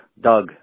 Doug